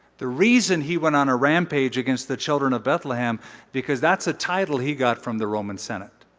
the reason he went on a rampage against the children of bethlehem because that's a title he got from the roman senate.